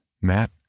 Matt